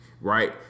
right